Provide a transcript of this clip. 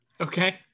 Okay